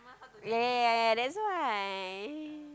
ya ya ya ya that's why